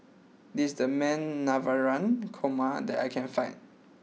this is the best Navratan Korma that I can find